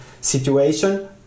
situation